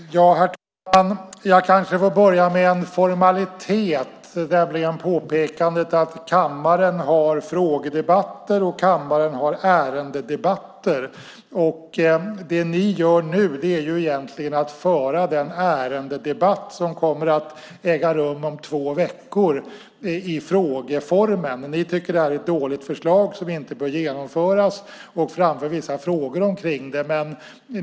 Herr talman! Jag kanske får börja med en formalitet, nämligen påpekandet att kammaren har frågedebatter och kammaren har ärendedebatter. Det ni gör nu är egentligen att föra den ärendedebatt som kommer att äga rum om två veckor i frågeformen. Ni tycker att det här är ett dåligt förslag som inte bör genomföras och framför vissa frågor kring det.